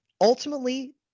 ultimately